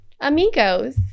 amigos